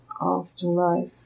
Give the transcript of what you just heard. afterlife